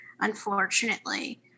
unfortunately